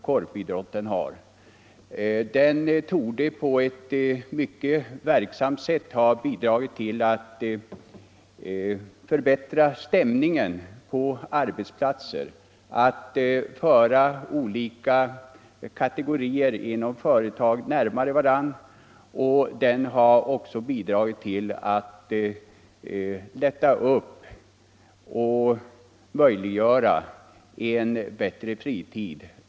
Korpen torde på ett mycket verksamt sätt ha bidragit till att förbättra stämningen på arbetsplatser, att föra olika kategorier anställda inom företagen närmare varandra och att ge dem en innehållsrikare fritid.